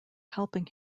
helping